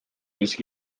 with